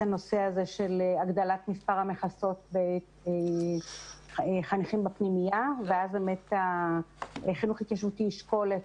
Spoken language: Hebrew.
נושא הגדלת המכסות של חניכים בפנימייה ואז החינוך ההתיישבותי ישקול,